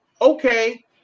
Okay